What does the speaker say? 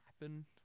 happen